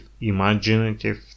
imaginative